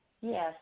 Yes